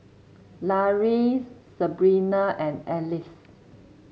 Lauri Sabrina and Alcie